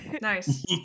Nice